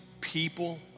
people